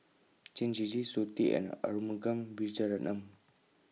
Chen Shiji Zoe Tay and Arumugam Vijiaratnam